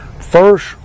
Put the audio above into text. First